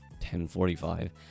10.45